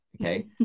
okay